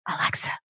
Alexa